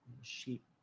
Sheep